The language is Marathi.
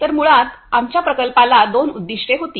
तर मुळात आमच्या प्रकल्पाला दोन उद्दिष्टे होती